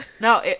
No